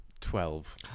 Twelve